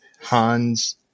Hans